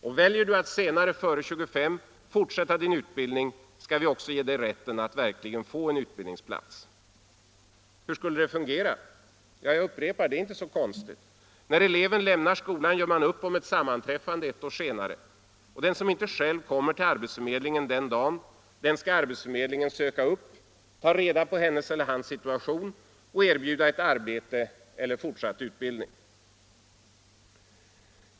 Och väljer du att senare, före 25, fortsätta din utbildning skall vi också ge dig rätten att verkligen få en utbildningsplats. Hur skulle det fungera? När eleven lämnar skolan gör man upp om ett sammanträffande ett år senare. Den som inte själv kommer till arbetsförmedlingen den dagen skall arbetsförmedlingen söka upp för att ta reda på hennes eller hans situation och erbjuda ett arbete eller fortsatt utbildning.